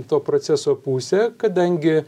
to proceso pusė kadangi